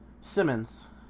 Simmons